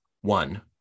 One